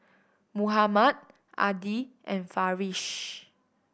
Muhammad Adi and Farish